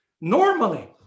Normally